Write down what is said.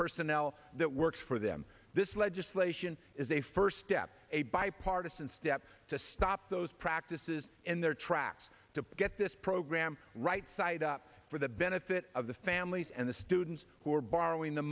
personnel that work for them this legislation is a first step a bipartisan step to stop those practices in their tracks to get this program right side up for the benefit of the families and the students who are borrowing the